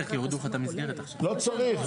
לא צריך,